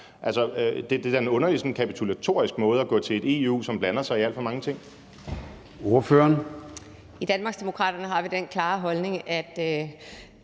Det er da en underlig sådan kapitulatorisk måde at gå til et EU, som blander sig i alt for mange ting.